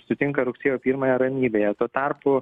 sutinka rugsėjo pirmąją ramybėje tuo tarpu